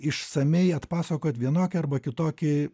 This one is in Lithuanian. išsamiai atpasakot vienokį arba kitokį